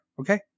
okay